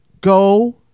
Go